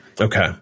Okay